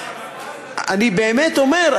אני באמת אומר,